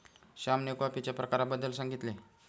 श्यामने कॉफीच्या प्रकारांबद्दल सांगितले